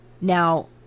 Now